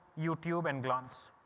youtube and glance.